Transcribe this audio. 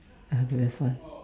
that was the best one